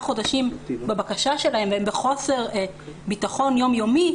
חודשים בבקשה שלהן והן בחוסר ביטחון יומיומי,